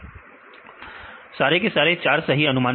विद्यार्थी 4 सारे के सारे 4 सही अनुमानित में है